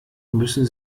müssen